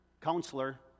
counselor